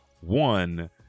one